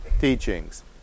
teachings